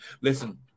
listen